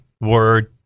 word